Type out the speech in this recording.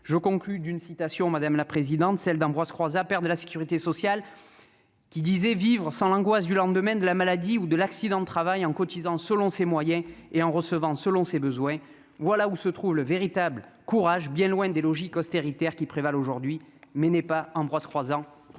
je conclus d'une citation, madame la présidente, celle d'Ambroise Croizat de la sécurité sociale qui disait vivre sans l'angoisse du lendemain de la maladie ou de l'accident de travail en cotisant selon ses moyens et en recevant selon ses besoins, voilà où se trouve le véritable courage, bien loin des logiques austéritaires qui prévalent aujourd'hui mais n'est pas en bras croisant